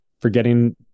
forgetting